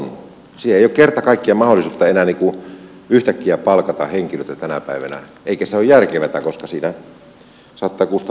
siihen ei ole kerta kaikkiaan mahdollisuutta enää yhtäkkiä palkata henkilöitä tänä päivänä eikä se ole järkevää koska siinä saattavat kustannukset tosiaan nousta